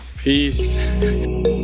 peace